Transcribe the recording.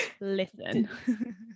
Listen